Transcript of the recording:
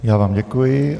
Já vám děkuji.